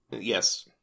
Yes